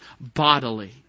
bodily